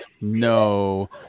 no